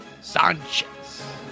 Sanchez